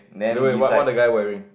wait wait what what the guy wearing